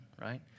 right